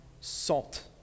salt